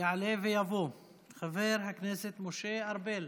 יעלה ויבוא חבר הכנסת משה ארבל,